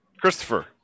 Christopher